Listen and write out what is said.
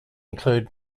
include